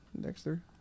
Dexter